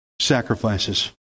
sacrifices